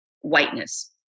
whiteness